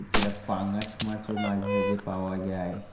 এছাড়া পাঙাশ মাছও মাঝে মাঝে পাওয়া যায়